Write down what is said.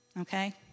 okay